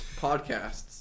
Podcasts